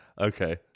Okay